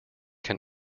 can